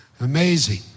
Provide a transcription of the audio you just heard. Amazing